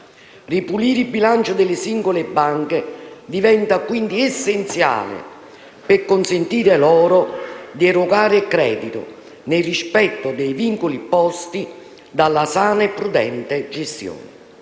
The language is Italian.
Ripulire i bilanci delle singole banche diventa quindi essenziale per consentire loro di erogare credito, nel rispetto dei vincoli posti dalla sana e prudente gestione.